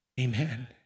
Amen